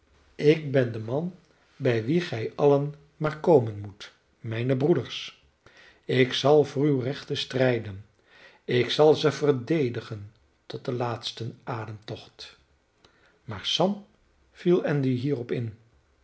heeft ik ben de man bij wien gij allen maar komen moet mijne broeders ik zal voor uwe rechten strijden ik zal ze verdedigen tot den laatsten ademtocht maar sam viel andy hierop in